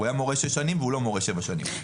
הוא היה מורה שש שנים, והוא לא מורה שבע שנים.